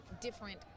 different